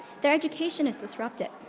their education is disrupted,